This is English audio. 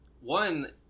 One